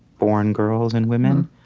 born girls and women,